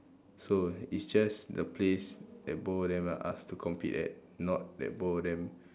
so it's just the place that both of them are asked to compete at not that both of them